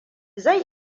zai